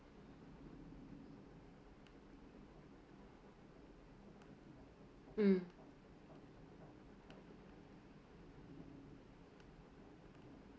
mm